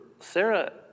Sarah